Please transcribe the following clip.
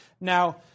now